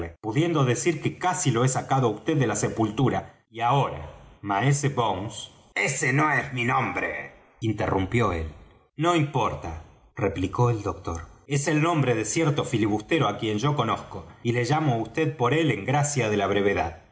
pudiendo decir que casi lo he sacado á vd de la sepultura y ahora maese bones ese no es mi nombre interrumpió él no importa replicó el doctor es el nombre de cierto filibustero á quien yo conozco y le llamo á vd por él en gracia de la brevedad